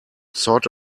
sort